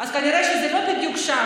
אזור חיץ.